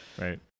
right